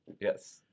Yes